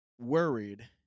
worried